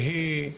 שהיא,